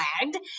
flagged